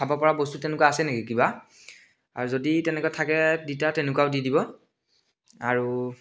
খাব পৰা বস্তু তেনেকে আছে নেকি কিবা আৰু যদি তেনেকুৱা থাকে তেনেকুৱাও দি দিব আৰু